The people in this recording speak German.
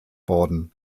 worden